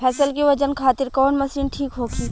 फसल के वजन खातिर कवन मशीन ठीक होखि?